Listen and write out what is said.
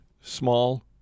small